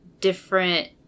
different